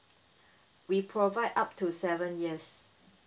we provide up to seven years